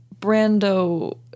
Brando